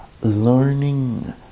learning